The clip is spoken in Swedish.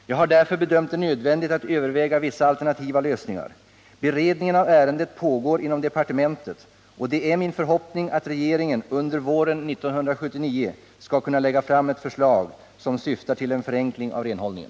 Jag har därför bedömt det nödvändigt att överväga vissa alternativa lösningar. Beredningen av ärendet pågår inom departementet, och det är min förhoppning att regeringen under våren 1979 skall kunna lägga fram förslag som syftar till en förenkling av renhållningen.